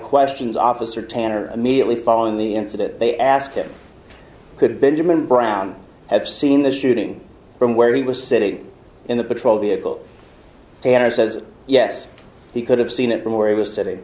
questions officer tanner immediately following the incident they asked him could benjamin brown have seen the shooting from where he was sitting in the patrol vehicle and i says yes he could have seen it from where he was sitting